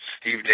Steve